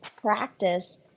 practice